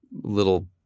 little